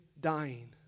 dying